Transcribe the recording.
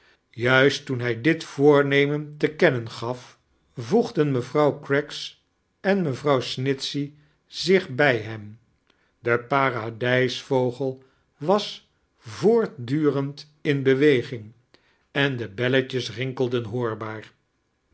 juist torn hij dit toianuemeii te kennen gaf voegden mevrouw craggs en merarouw snitehey zich bij hen d paradijsiviogel was voortdurend in beweging en de belletjes rinkelden hoarbaar